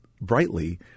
Brightly